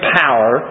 power